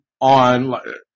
on